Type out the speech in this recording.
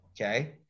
Okay